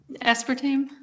aspartame